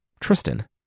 Tristan